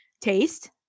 taste